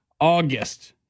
August